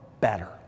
better